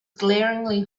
glaringly